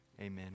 Amen